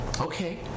Okay